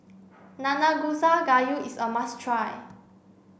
Nanakusa Gayu is a must try